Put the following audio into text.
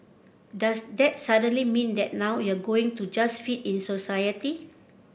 does that suddenly mean that now you're going to just fit in society